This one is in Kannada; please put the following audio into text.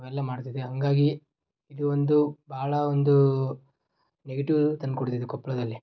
ಅವೆಲ್ಲ ಮಾಡ್ತಿದೆ ಹಾಗಾಗಿ ಇದು ಒಂದು ಭಾಳ ಒಂದು ನೆಗೆಟಿವ್ ತಂದುಕೊಡುತ್ತಿದೆ ಕೊಪ್ಪಳದಲ್ಲಿ